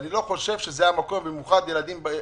אני לא חושב שזה המקום, במיוחד כשזה